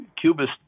cubist